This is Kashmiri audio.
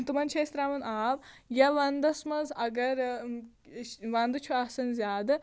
تِمَن چھِ أسۍ ترٛاوان آب یا وَنٛدَس منٛز اگر وَنٛدٕ چھُ آسان زیادٕ